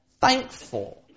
thankful